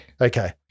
Okay